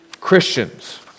Christians